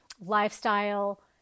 lifestyle